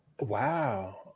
Wow